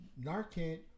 Narcan